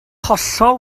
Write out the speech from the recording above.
hollol